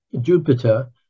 jupiter